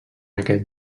aquest